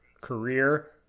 career